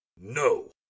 No